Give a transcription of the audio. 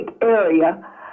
area